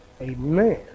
Amen